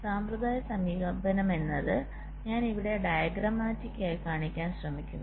സാമ്പ്രദായിക സമീപനം എന്നത് ഞാൻ ഇവിടെ ഡയഗ്രമാറ്റിക്കായി കാണിക്കാൻ ശ്രമിക്കുന്നു